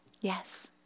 Yes